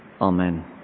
Amen